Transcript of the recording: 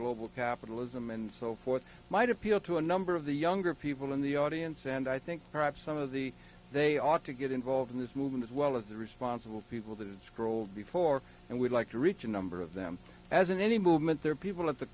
global capitalism and so forth might appeal to a number of the younger people in the audience and i think perhaps some of the they ought to get involved in this movement as well as the responsible people to scroll before and we'd like to reach a number of them as in any movement there are people at the